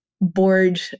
board